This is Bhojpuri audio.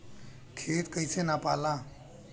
खेत कैसे नपाला?